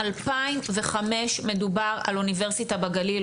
מ-2005 מדובר על אוניברסיטה בגליל,